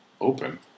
open